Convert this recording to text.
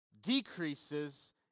decreases